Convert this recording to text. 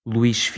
Luís